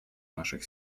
наших